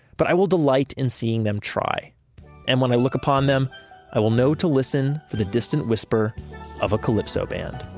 but i will delight in seeing them try and when i look upon them i will know to listen to the distant whisper of a calypso band